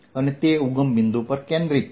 તથા તે ઉગમ બિંદુ પર કેન્દ્રિત છે